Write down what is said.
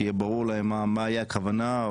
שיהיה ברור להם מהי הכוונה,